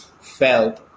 felt